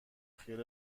خیال